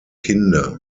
kinder